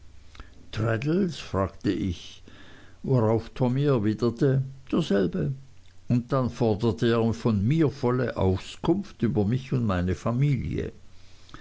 fragte ich worauf tommy erwiderte derselbige und dann forderte er von mir volle auskunft über mich und meine familie